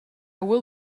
will